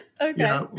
okay